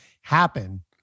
happen